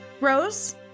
Rose